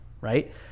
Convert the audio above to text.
right